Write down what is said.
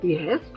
Yes